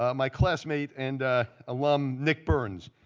um my classmate and alum nick burns.